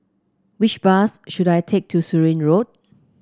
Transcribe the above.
which bus should I take to Surin Road